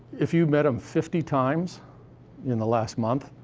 if you met him fifty times in the last month,